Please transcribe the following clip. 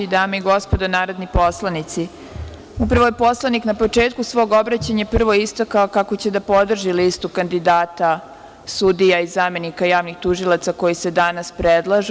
Dame i gospodo narodni poslanici, upravo je poslanik na početku svog obraćanja prvo istakao kako će da podrži listu kandidata sudija i zamenika javnih tužilaca koji se danas predlažu.